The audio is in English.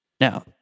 Now